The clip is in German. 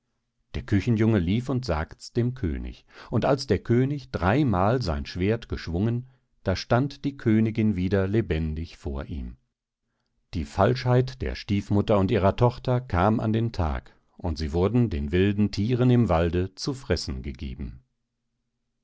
der küchenjunge lief und sagts dem könig und als der könig dreimal sein schwert geschwungen da stand die königin wieder lebendig vor ihm die falschheit der stiefmutter und ihrer tochter kam an den tag und sie wurden den wilden thieren im walde zu fressen gegeben